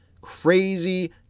Crazy